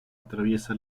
atraviesa